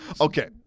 Okay